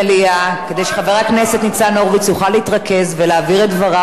כדי שחבר הכנסת ניצן הורוביץ יוכל להתרכז ולהעביר את דבריו באופן